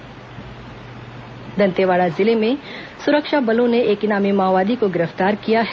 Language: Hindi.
माओवादी गिरफ्तार दंतेवाड़ा जिले में सुरक्षा बलों ने एक इनामी माओवादी को गिरफ्तार किया है